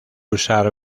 usar